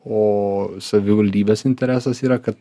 o savivaldybės interesas yra kad